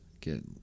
get